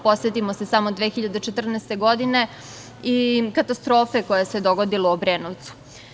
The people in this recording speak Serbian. Podsetimo se samo 2014. godine i katastrofe koja se dogodila u Obrenovcu.